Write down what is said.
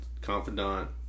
confidant